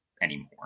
Anymore